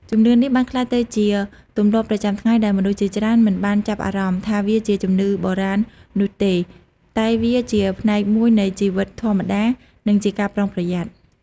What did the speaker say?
ជំនឿនេះបានក្លាយទៅជាទម្លាប់ប្រចាំថ្ងៃដែលមនុស្សជាច្រើនមិនបានចាប់អារម្មណ៍ថាវាជាជំនឿបុរាណនោះទេ តែវាជាផ្នែកមួយនៃជីវិតធម្មតា និងជាការប្រុងប្រយ័ត្ន។